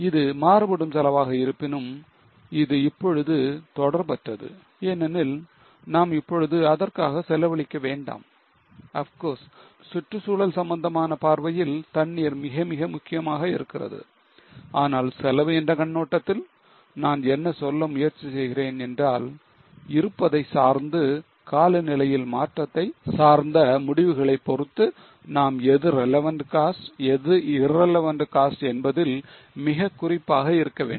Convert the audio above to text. இது மாறுபடும் செலவாக இருப்பினும் இது இப்பொழுது தொடர்பற்றது ஏனெனில் நாம் இப்பொழுது அதற்காக செலவழிக்க வேண்டாம் of course சுற்றுச்சூழல் சம்பந்தமான பார்வையில் தண்ணீர் மிக மிக முக்கியமாக இருக்கிறது ஆனால் செலவு என்ற கண்ணோட்டத்தில் நான் என்ன சொல்ல முயற்சி செய்கிறேன் என்றால் இருப்பதை சார்ந்து காலநிலையில் மாற்றத்தை சார்ந்த முடிவுகளைப் பொறுத்து நாம் எது relevant cost எது irrelevant cost என்பதில் மிக குறிப்பாக இருக்க வேண்டும்